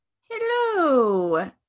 Hello